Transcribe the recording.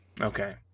Okay